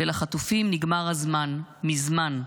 ולחטופים נגמר הזמן מזמן.